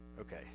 Okay